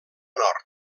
nord